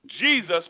Jesus